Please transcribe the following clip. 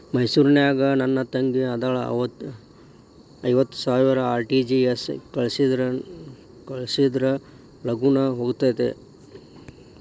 ಮೈಸೂರ್ ನಾಗ ನನ್ ತಂಗಿ ಅದಾಳ ಐವತ್ ಸಾವಿರ ಆರ್.ಟಿ.ಜಿ.ಎಸ್ ಕಳ್ಸಿದ್ರಾ ಲಗೂನ ಹೋಗತೈತ?